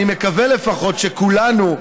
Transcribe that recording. אני מקווה לפחות שכולנו,